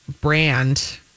brand